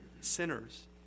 sinners